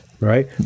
Right